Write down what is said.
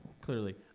clearly